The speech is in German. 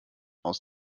aus